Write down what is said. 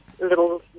little